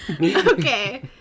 okay